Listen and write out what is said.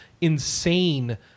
insane